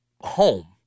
home